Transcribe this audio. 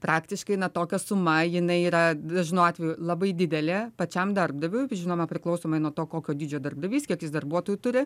praktiškai na tokia suma jinai yra dažnu atveju labai didelė pačiam darbdaviui žinoma priklausomai nuo to kokio dydžio darbdavys kiek jis darbuotojų turi